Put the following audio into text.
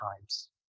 times